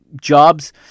jobs